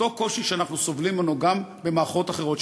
זה אותו קושי שאנחנו סובלים ממנו גם במערכות אחרות,